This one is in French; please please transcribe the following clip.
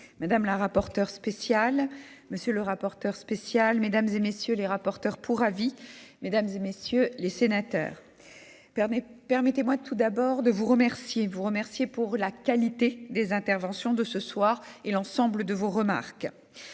madame la rapporteure spéciale, monsieur le rapporteur spécial, madame, messieurs les rapporteurs pour avis, mesdames, messieurs les sénateurs, permettez-moi tout d'abord de vous remercier pour la qualité de vos interventions et de vos remarques.